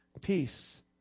peace